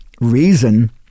reason